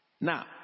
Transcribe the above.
Now